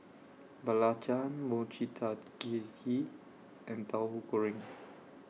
Belacan Mochi and Tahu Goreng